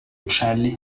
uccelli